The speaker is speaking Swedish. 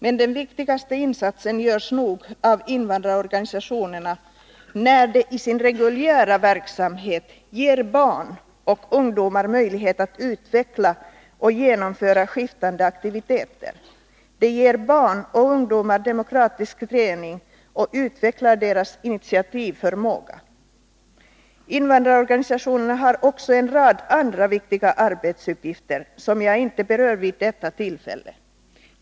Men den viktigaste insatsen görs nog av invandrarorganisationerna när de i sin reguljära verksamhet ger barn och ungdomar möjlighet att utveckla och genomföra skiftande aktiviteter. Det ger barn och ungdomar demokratisk träning och utvecklar deras initiativförmåga. Invandrarorganisationerna har också en rad andra viktiga arbetsuppgifter, som jag inte berör vid detta tillfälle.